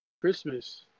Christmas